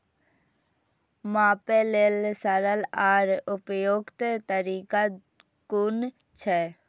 मापे लेल सरल आर उपयुक्त तरीका कुन छै?